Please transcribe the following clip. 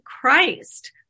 Christ